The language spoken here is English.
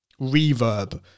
reverb